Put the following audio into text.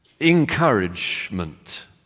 encouragement